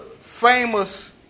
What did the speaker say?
famous